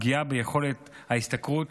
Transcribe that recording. פגיעה ביכולת ההשתכרות